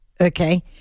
Okay